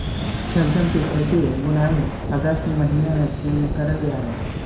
शलजम की खेती बुनाई अगस्त के महीने में करल जा हई